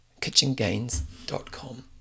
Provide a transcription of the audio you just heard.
kitchengains.com